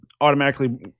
automatically